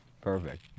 Perfect